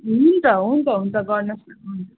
हुन्छ हुन्छ हुन्छ गर्नुहोस् न